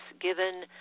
Given